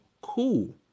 Cool